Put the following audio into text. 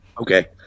Okay